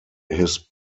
his